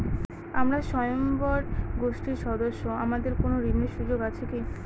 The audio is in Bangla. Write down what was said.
আমরা স্বয়ম্ভর গোষ্ঠীর সদস্য আমাদের কোন ঋণের সুযোগ আছে কি?